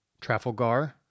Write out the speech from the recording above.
Trafalgar